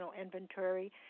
inventory